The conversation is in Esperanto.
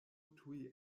tuj